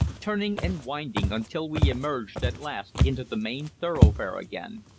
turning and winding until we emerged at last into the main thoroughfare again,